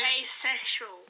asexual